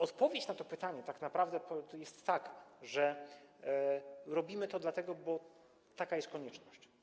Odpowiedź na to pytanie tak naprawdę jest taka, że robimy to dlatego, bo taka jest konieczność.